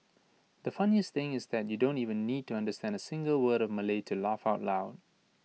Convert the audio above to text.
the funniest thing is that you don't even need to understand A single word of Malay to laugh out loud